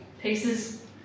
pieces